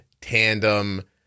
Tandem